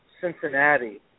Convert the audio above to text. Cincinnati